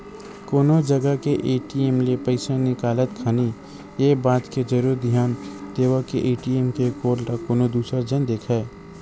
कोनो जगा के ए.टी.एम ले पइसा निकालत खानी ये बात के जरुर धियान देवय के ए.टी.एम के कोड ल कोनो दूसर झन देखय